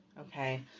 Okay